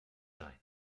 seien